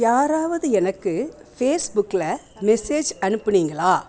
யாராவது எனக்கு ஃபேஸ்புக்கில் மெசேஜ் அனுப்புனிங்களா